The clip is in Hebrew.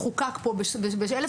שנחקק פה ב-1958,